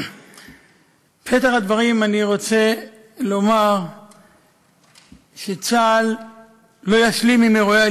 בפתח הדברים אני רוצה לומר שצה"ל לא ישלים עם אירועי